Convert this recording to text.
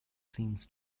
seems